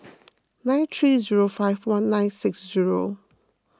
nine three zero five one nine six zero